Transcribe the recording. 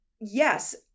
yes